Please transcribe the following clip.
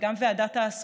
וגם ועדת ההשגות,